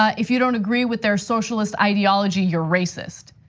ah if you don't agree with their socialist ideology, you're racist.